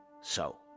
So